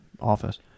office